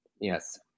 yes